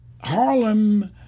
Harlem